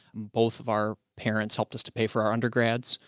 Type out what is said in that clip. both of our parents helped us to pay for our undergrads,